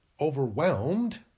overwhelmed